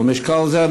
על משקל זה,